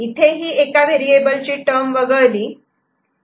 इथे ही एका व्हेरिएबल ची टर्म वगळली आहे